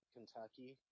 Kentucky